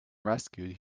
rescued